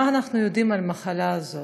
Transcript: מה אנחנו יודעים על המחלה הזאת?